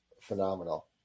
phenomenal